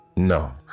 No